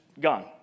gone